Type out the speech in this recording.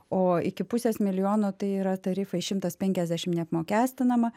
o iki pusės milijono tai yra tarifai šimtas penkiasdešim neapmokestinama